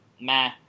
meh